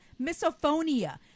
misophonia